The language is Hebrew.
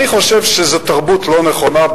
אני חושב שזה תרבות לא נכונה.